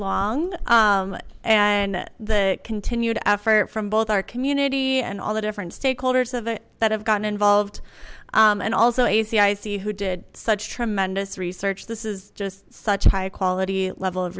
long and the continued effort from both our community and all the different stakeholders of it that have gotten involved and also a cic who did such tremendous research this is just such high quality level of